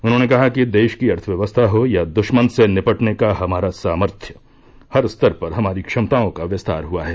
उन्होंने कहा कि देश की अर्थव्यवस्था हो या दुश्मन से निपटने का हमारा सामर्थ्य हर स्तर पर हमारी क्षमताओं का विस्तार हुआ है